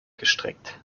gestreckt